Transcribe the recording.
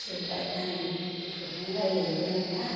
जोब्बाय आं एथबांबो रायज्लायनो रोंला